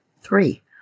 Three